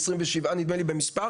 נדמה לי ש-27,